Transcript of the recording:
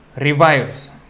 revives